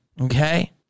okay